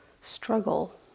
struggle